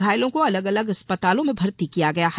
घायलों को अलग अलग अस्पतालों में भर्ती किया गया है